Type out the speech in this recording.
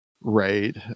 right